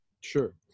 Sure